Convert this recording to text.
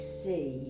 see